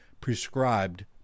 prescribed